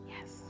Yes